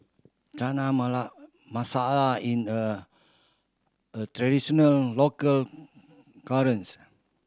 Chana Masala in a a traditional local